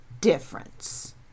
difference